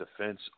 defense